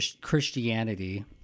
Christianity